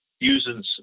using